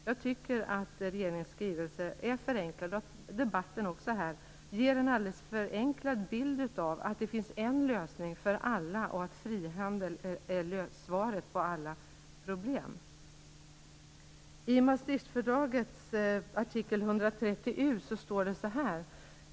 Jag tycker att regeringens skrivelse är förenklad, och att också debatten här ger en förenklad bild av att det finns en lösning för alla, och att frihandel är svaret på alla problem.